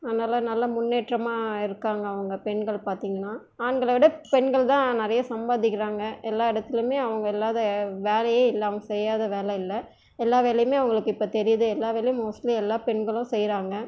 அதனால் நல்ல முன்னேற்றமாக இருக்காங்க அவங்க பெண்கள் பாத்திங்கன்னா ஆண்களோட பெண்கள் தான் நிறையா சம்பாதிக்கிறாங்க எல்லா இடத்துலயுமே அவங்க இல்லாத வேலையே இல்லை அவங்க செய்யாத வேலை இல்லை எல்லா வேலையுமே அவங்களுக்கு இப்போ தெரியுது எல்லா வேலையும் மோஸ்ட்லி எல்லா பெண்களும் செய்கிறாங்க